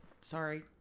Sorry